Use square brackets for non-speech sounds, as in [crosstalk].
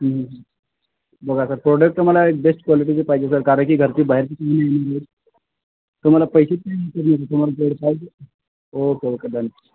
बघा sir product मला एक बेस्ट क्वालिटीचे पाहिजे सर कारणकी घरची बाहेरची [unintelligible] तुम्हाला पैसे [unintelligible] पाहिजे ओके ओके डन